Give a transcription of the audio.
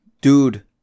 Dude